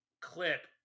clip